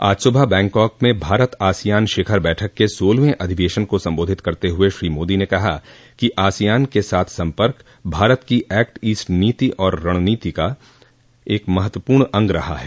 आज सुबह बैंकॉक में भारत आसियान शिखर बैठक के सोलहवें अधिवेशन को संबोधित करते हुए श्री मोदी ने कहा कि आसियान के साथ संपर्क भारत की एक्ट ईस्ट नीति और रणनीति का महत्वपूर्ण अंग रहा है